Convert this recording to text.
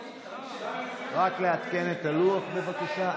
רק לעדכן את הלוח, בבקשה.